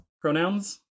pronouns